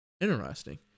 Interesting